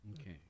Okay